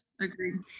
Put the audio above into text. agreed